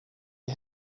you